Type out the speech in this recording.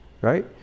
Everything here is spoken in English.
right